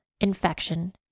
infection